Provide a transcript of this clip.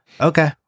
Okay